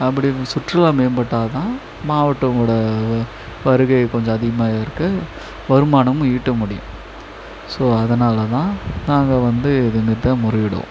அப்படி சுற்றுலா மேம்பட்டால்தான் மாவட்டதோட வருகையை கொஞ்சம் அதிகமாக இருக்குது வருமானமும் ஈட்ட முடியும் ஸோ அதனால்தான் நாங்கள் வந்து இதுமாதிரிதான் முறையிடுவோம்